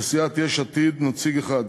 לסיעת יש עתיד, נציג אחד,